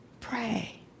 Pray